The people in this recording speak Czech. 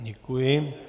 Děkuji.